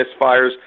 misfires